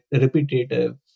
repetitive